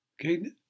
Okay